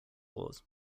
laws